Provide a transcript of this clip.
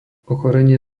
ochorenie